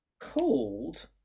called